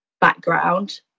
background